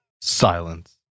Silence